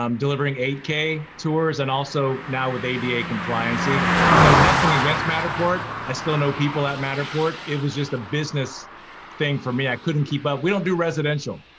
um delivering eight k tours and also now with ada compliancy, so nothing against matterport, i still know people at matterport, it was just a business thing for me, i couldn't keep up. we don't do residential.